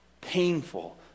painful